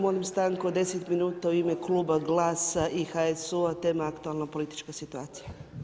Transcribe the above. Molim stanku od deset minuta u ime kluba GLAS-a i HSU-a tema aktualna politička situacija.